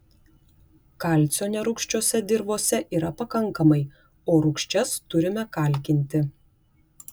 kalcio nerūgščiose dirvose yra pakankamai o rūgščias turime kalkinti